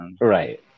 right